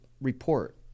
report